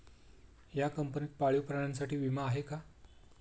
या कंपनीत पाळीव प्राण्यांसाठी विमा आहे का?